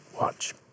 Watch